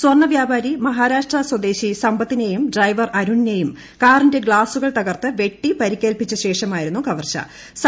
സ്വർണവ്യാപാരി മഹാരാഷ്ട്ര സ്വദേശി സമ്പത്തിനെയും ഡ്രൈവർ അരുണിനെയും കാറിന്റെ ഗ്ലാസുകൾ തകർത്ത് വെട്ടി പരുക്കേൽപ്പിച്ച ശേഷമായിരുന്നു കവർച്ചു